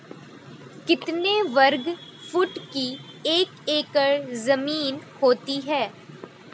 कितने वर्ग फुट की एक एकड़ ज़मीन होती है?